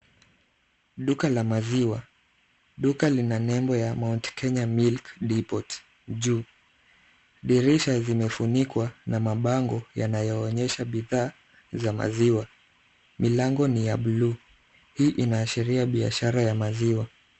Duka la maziwa. Duka lina nembo ya Mt. Kenya milk depot juu. Dirisha zimefunikwa na mabango yanayoonyesha bidhaa za maziwa. Milango ni ya blue . Hii inaashiria biashara ya maziwa.